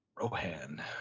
Rohan